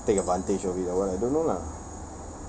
take advantage of it the one I don't know lah